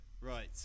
Right